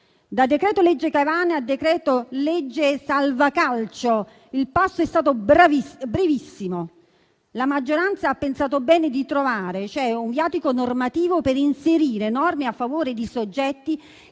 Da decreto-legge Caivano a decreto-legge salva calcio, il passo è stato brevissimo. La maggioranza ha pensato bene di trovare un viatico normativo per inserire norme a favore di soggetti che